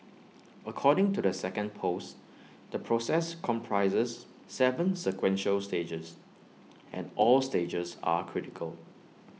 according to the second post the process comprises Seven sequential stages and all stages are critical